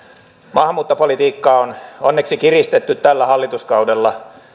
maahanmuuttopolitiikkaa on onneksi kiristetty tällä hallituskaudella